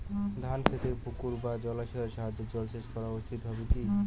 ধান খেতে পুকুর বা জলাশয়ের সাহায্যে জলসেচ করা উচিৎ হবে কি?